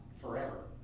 forever